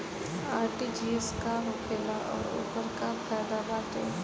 RTGS का होखेला और ओकर का फाइदा बाटे?